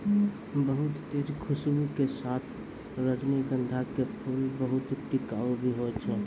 बहुत तेज खूशबू के साथॅ रजनीगंधा के फूल बहुत टिकाऊ भी हौय छै